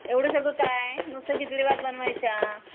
एवढं सगळं काय नुसतं खिचडी भात बनवायचा